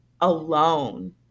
alone